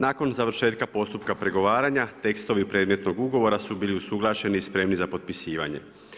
Nakon završetka postupka pregovaranja tekstovi predmetnog ugovora su bili usuglašeni i spremni za potpisivanje.